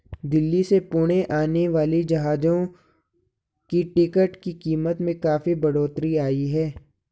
दिल्ली से पुणे आने वाली जहाजों की टिकट की कीमत में काफी बढ़ोतरी आई है